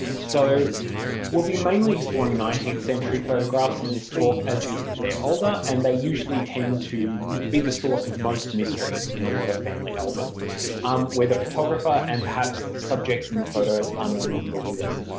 so we'll be mainly exploring nineteenth century photographs in this talk as they're older and they usually tend to be the source of most mystery in a lot of family albums um where the photographer and perhaps the subjects in the photo are no longer with us.